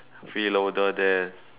freeloader there